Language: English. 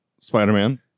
Spider-Man